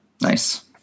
Nice